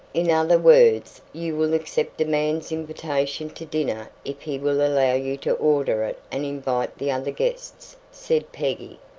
in other words, you will accept a man's invitation to dinner if he will allow you to order it and invite the other guests, said peggy,